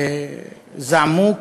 זעמו,